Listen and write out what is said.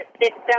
system